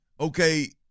okay